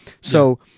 So-